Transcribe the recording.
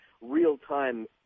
real-time